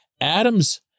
Adams